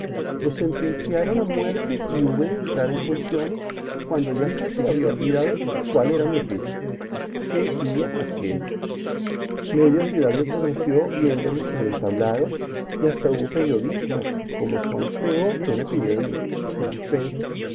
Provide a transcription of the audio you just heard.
lo sentenciaron a muerte y hube de entrar en funciones cuando ya casi había olvidado cuál era mi oficio qué día aquél media ciudad me conoció viéndome sobre el tablado y hasta hubo periodistas que como son peor que una epidemia